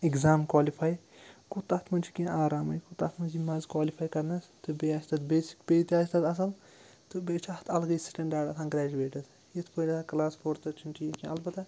exam qualify گوٚو تَتھ منٛز چھِ کیٚنٛہہ آرامٕے تَتھ منٛز یہِ مَزٕ کوالِفے کَرنَس تہٕ بیٚیہِ آسہِ تَتھ بیسِک پے تہِ آسہِ تَتھ اصٕل تہٕ بیٚیہِ چھِ اَتھ اَلگٕے سٹیٚنٛڈارڈ آسان گرٛیجویٹَس یِتھ پٲٹھۍ کٕلاس فوٗرتھس چھُنہٕ ٹھیٖک کیٚنٛہہ اَلبَتہ